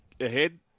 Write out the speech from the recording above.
ahead